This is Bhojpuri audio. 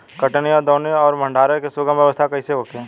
कटनी और दौनी और भंडारण के सुगम व्यवस्था कईसे होखे?